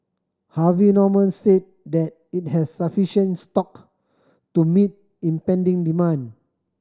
Harvey Norman said that it has sufficient stock to meet impending demand